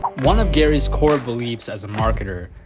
one of gary's core beliefs as a marketer,